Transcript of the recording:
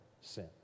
sin